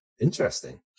Interesting